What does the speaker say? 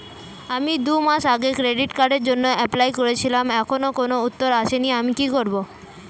আমি দুমাস আগে ক্রেডিট কার্ডের জন্যে এপ্লাই করেছিলাম এখনো কোনো উত্তর আসেনি আমি কি করব?